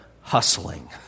hustling